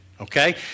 okay